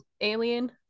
alien